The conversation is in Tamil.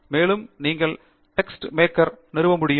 மேலும் நீங்கள் டெஸ்ட் மேக்கர் ஐ நிறுவ முடியும்